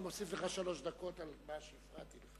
אני מוסיף לך שלוש דקות על מה שהפרעתי לך.